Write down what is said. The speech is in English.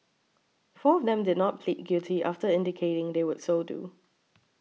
four of them did not plead guilty after indicating they would so do